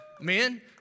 men